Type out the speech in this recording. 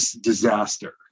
disaster